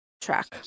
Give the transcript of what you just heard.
track